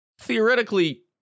Theoretically